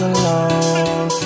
alone